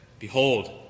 Behold